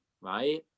right